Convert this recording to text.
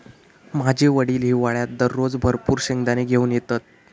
माझे वडील हिवाळ्यात दररोज भरपूर शेंगदाने घेऊन येतत